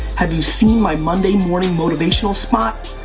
have you seen my monday morning motivational spot?